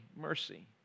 mercy